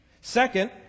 Second